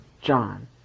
John